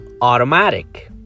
automatic